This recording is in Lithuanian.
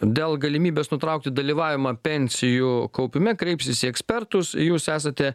dėl galimybės nutraukti dalyvavimą pensijų kaupime kreipsis į ekspertus jūs esate